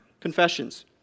confessions